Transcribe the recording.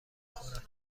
خورد